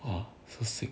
orh so sick